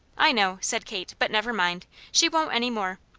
i know, said kate. but never mind! she won't any more.